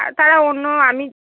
আর তারা অন্য আমি